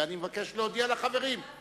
ואני מבקש להודיע לחברים, היה